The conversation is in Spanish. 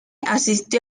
asistió